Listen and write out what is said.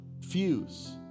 fuse